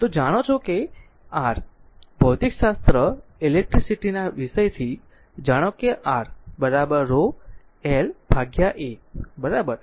તો જાણો કે r ભૌતિકશાસ્ત્ર ઇલેકટ્રીસીટી વિષયથી જાણો કે R rho l ભાગ્યા A બરાબર